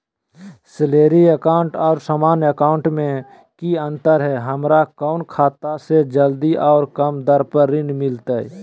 Salary account और सामान्य account मे की अंतर है हमरा कौन खाता से जल्दी और कम दर पर ऋण मिलतय?